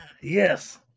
Yes